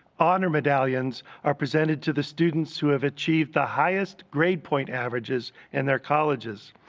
honor medallions are presented to the students who have achieved the highest grade-point averages in their colleges.